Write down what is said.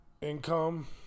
income